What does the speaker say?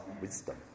wisdom